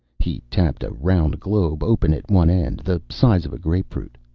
he tapped a round globe, open at one end, the size of a grapefruit.